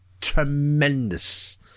tremendous